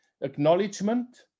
Acknowledgement